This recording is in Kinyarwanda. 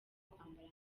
kwambara